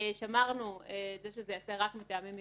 ושמרנו שזה ייעשה רק מטעמים מיוחדים,